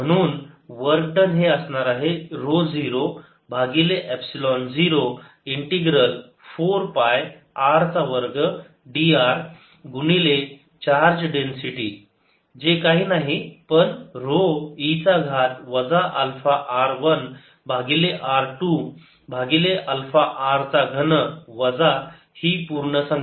म्हणून work done हे असणार आहे ऱ्हो 0 भागिले एपसिलोन 0 इंटिग्रल 4 पाय r चा वर्ग d r गुणिले चार्ज डेन्सिटी जे काही नाही पण ऱ्हो e चा घात वजा अल्फा r 1 भागिले r 2 भागिले अल्फा r चा घन वजा ही पूर्ण संख्या